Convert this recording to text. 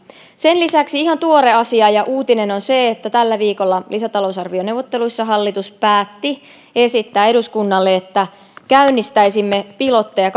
sen lisäksi ihan tuore asia ja uutinen on se että tällä viikolla lisätalousarvioneuvotteluissa hallitus päätti esittää eduskunnalle että käynnistäisimme pilotteja